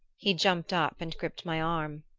he jumped up and gripped my arm.